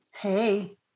hey